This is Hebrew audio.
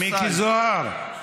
מיקי זוהר,